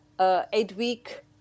eight-week